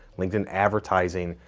linkedin advertising,